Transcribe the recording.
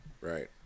Right